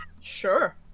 Sure